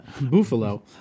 Buffalo